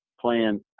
plan